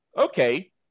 okay